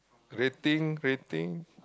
rating rating